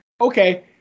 okay